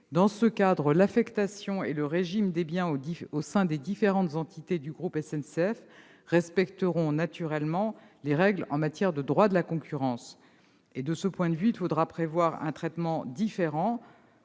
Sachez que l'affectation et le régime des biens au sein des différentes entités du groupe SNCF respecteront bien évidemment les règles en matière de droit de la concurrence. De ce point de vue, il faudra prévoir un traitement différent